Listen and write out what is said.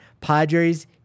Padres